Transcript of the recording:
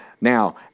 Now